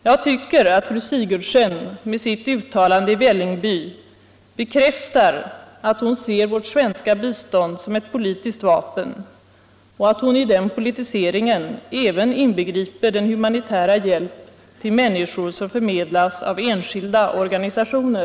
Jag tycker att fru Sigurdsen med sitt uttalande i Vällingby bekräftar att hon ser vårt svenska bistånd som ett politiskt vapen och att hon i den politiseringen även inbegriper den humanitära hjälp till människor som förmedlas av enskilda organisationer.